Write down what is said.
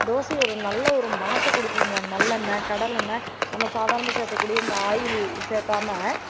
தோசை ஒரு நல்ல ஒரு மணத்தை கொடுக்குங்க நல்லெண்ணெய் கடலெண்ணெய் நம்ம சாதாரணமாக சேர்த்துக்கக்கூடிய ஆயில் சேத்தாமல்